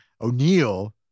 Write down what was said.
O'Neill